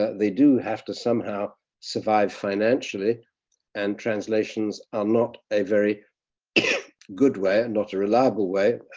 they do have to somehow survive financially and translations are not a very good way and not a reliable way,